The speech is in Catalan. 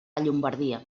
llombardia